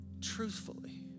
truthfully